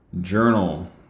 journal